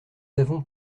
avons